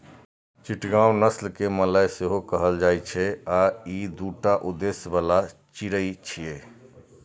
चिटगांव नस्ल कें मलय सेहो कहल जाइ छै आ ई दूटा उद्देश्य बला चिड़ै छियै